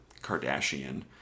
Kardashian